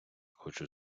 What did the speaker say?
хочу